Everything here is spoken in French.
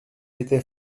était